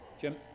Jim